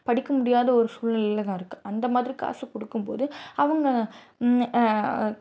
படிக்க முடியாத ஒரு சூழ்நிலையிலதான் இருக்குது அந்தமாதிரி காசு கொடுக்கும்போது அவங்க